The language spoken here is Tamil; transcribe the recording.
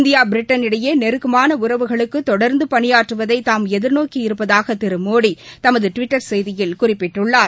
இந்தியா பிரிட்டன் இடையே நெருக்கமான உறவுகளுக்கு தொடர்ந்து பனியாற்றுவதை தாம் எதிர்நோக்கி இருப்பதாக திரு மோடி தமது டுவிட்டர் செய்தியில் குறிப்பிட்டுள்ளார்